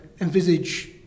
envisage